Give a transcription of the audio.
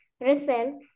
results